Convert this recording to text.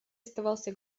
оставался